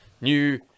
new